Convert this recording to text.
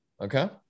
Okay